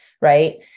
Right